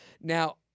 Now